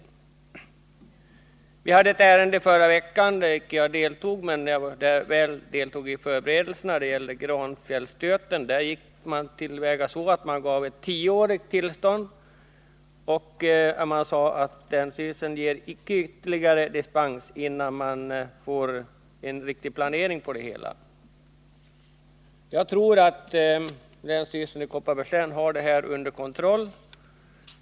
Förra veckan behandlades ett ärende som gällde Granfjällsstöten — jag var visserligen inte med i själva debatten, men väl i förberedelserna för behandlingen av frågan. I det fallet gick länsstyrelsen till väga på det sättet att den gav ett tillstånd för utbyggnad under tio år, men man sade att ytterligare dispens icke skulle ges förrän en riktig planering av området åstadkommits. Jagtror alltså att länsstyrelsen i Kopparbergs län har de här frågorna under kontroll.